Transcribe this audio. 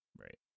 right